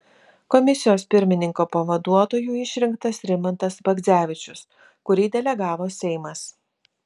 komisijos pirmininko pavaduotoju išrinktas rimantas bagdzevičius kurį delegavo seimas